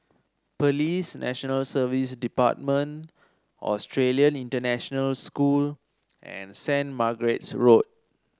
Police National Service Department Australian International School and Saint Margaret's Road